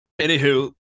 Anywho